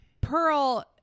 Pearl-